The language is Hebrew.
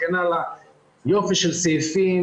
יופי של סעיפים,